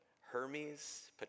Hermes